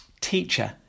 Teacher